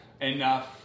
enough